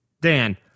Dan